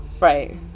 Right